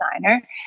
designer